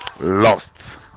lost